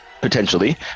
Potentially